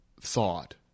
thought